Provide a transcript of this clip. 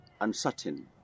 uncertain